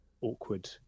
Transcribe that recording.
awkward